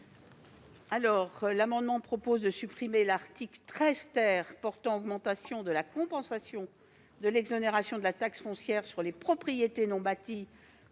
Cet amendement tend à supprimer l'article 13 portant augmentation de la compensation de l'exonération de taxe foncière sur les propriétés non bâties